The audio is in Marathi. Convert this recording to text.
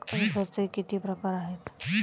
कर्जाचे किती प्रकार आहेत?